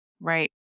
Right